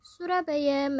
Surabaya